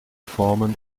formen